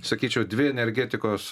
sakyčiau dvi energetikos